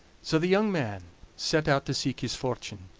so the young man set out to seek his fortune.